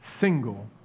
single